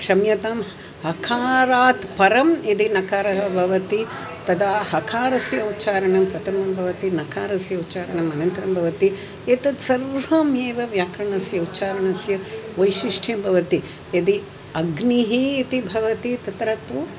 क्षम्यताम् हकारात् परं यदि नकारः भवति तदा हकारस्य उच्चारणं प्रथमं भवति नकारस्य उच्चारणम् अनन्तरं भवति एतत् सर्वमेव व्याकरणस्य उच्चारणस्य वैशिष्ट्यं भवति यदि अग्निः इति भवति तत्र तु